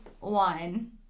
one